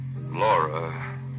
Laura